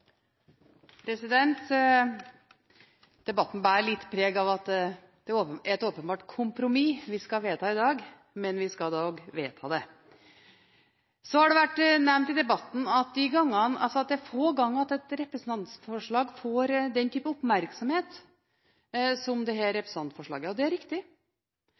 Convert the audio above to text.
kjempestyrke. Debatten bærer litt preg av at det er et åpenbart kompromiss vi skal vedta i dag, men vi skal dog vedta det. Det har vært nevnt i debatten at det er få ganger at et representantforslag får den type oppmerksomhet som dette representantforslaget har fått, og det er riktig.